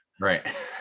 Right